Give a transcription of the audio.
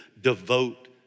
devote